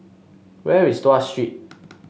where is Tuas Street